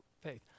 faith